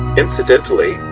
incidentally,